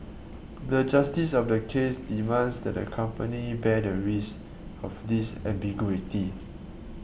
the justice of the case demands that the company bear the risk of this ambiguity